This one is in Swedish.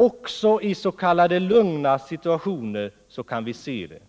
Också i s.k. lugna situationer kan vi se det.